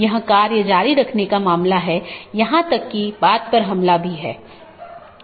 यह एक प्रकार की नीति है कि मैं अनुमति नहीं दूंगा